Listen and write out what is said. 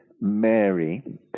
Mary